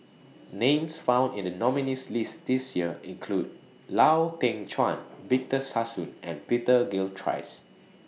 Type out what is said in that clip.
Names found in The nominees' list This Year include Lau Teng Chuan Victor Sassoon and Peter Gilchrist